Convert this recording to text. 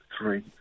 three